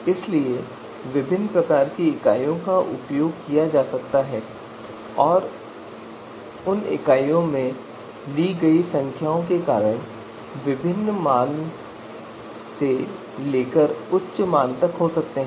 इसलिए विभिन्न प्रकार की इकाइयों का उपयोग किया जा सकता है और उन इकाइयों में ली गई संख्याओं के कारण विभिन्न निम्न मान से लेकर उच्च मान तक हो सकते हैं